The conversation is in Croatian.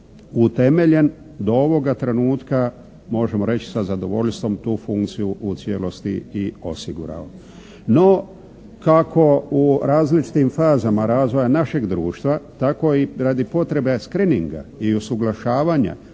utemeljen do ovoga trenutka možemo reći sa zadovoljstvom tu funkciju u cijelosti i osigurao. No, kako u različitim fazama razvoja našeg društva tako i radi potrebe screeninga i usuglašavanja